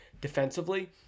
defensively